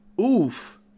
oof